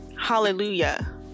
hallelujah